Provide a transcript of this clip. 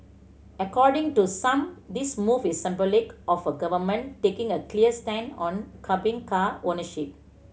according to some this move is symbolic of a government taking a clear stand on curbing car ownership